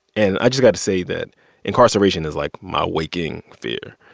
and i just got to say that incarceration is like my waking fear.